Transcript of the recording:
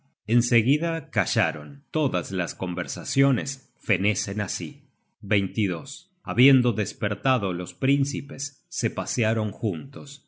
seguida callaron todas las conversaciones fenecen así habiendo despertado los príncipes se pasearon juntos